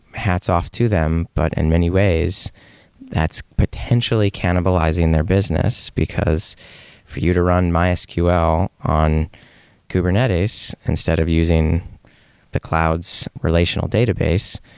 hats off to them, but in many ways that's potentially cannibalizing their business, because for you to run mysql on kubernetes instead of using the clouds relational database,